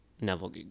Neville